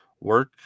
work